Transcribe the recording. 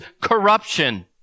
corruption